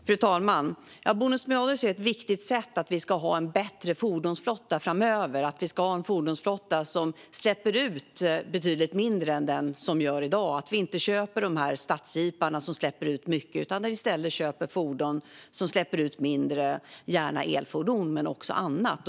Fru talman! Bonus-malus är ett viktigt sätt för oss att ha en bättre fordonsflotta framöver. Vi ska ha en fordonsflotta som släpper ut betydligt mindre än i dag. Det är viktigt att vi inte köper stadsjeepar som släpper ut mycket utan i stället köper fordon som släpper ut mindre, gärna elfordon men också annat.